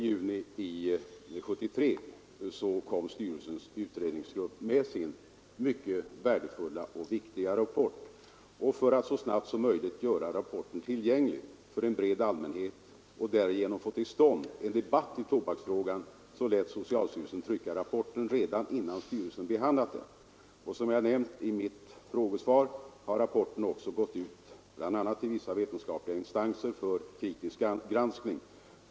I juni 1973 kom styrelsens utredningsgrupp med sin mycket värdefulla och viktiga rapport. För att så snabbt som möjligt göra rapporten tillgänglig för en bred allmänhet och därigenom få till stånd en debatt i tobaksfrågan lät socialstyrelsen trycka rapporten redan innan styrelsen behandlat den. Som jag nämnde i mitt frågesvar har rapporten gått ut bl.a. till vissa vetenskapliga instanser för granskning.